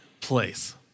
place